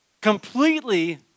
completely